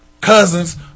cousins